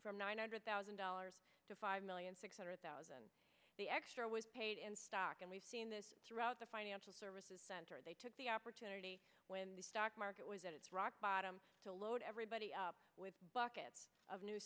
from nine hundred thousand dollars to five million six hundred thousand the extra was paid in stock and we've seen this throughout the financial services center they took the opportunity when the stock market was at its rock bottom to load everybody up with buckets of new